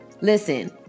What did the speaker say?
listen